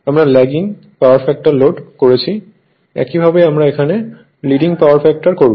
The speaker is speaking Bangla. আমরা ল্যাগিং পাওয়ার ফ্যাক্টর লোড করেছি একইভাবে আমরা এখানে লিডিং পাওয়ার ফ্যাক্টর করব